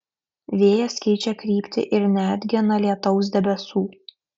vėjas keičia kryptį ir neatgena lietaus debesų